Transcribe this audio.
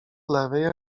lewej